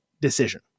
decision